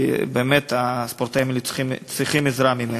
כי באמת הספורטאים צריכים עזרה ממך.